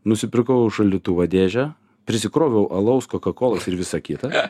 nusipirkau šaldytuvo dėžę prisikroviau alaus kokakolos ir visą kitą